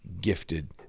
gifted